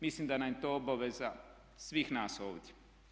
Mislim da nam je to obaveza svih nas ovdje.